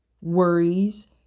worries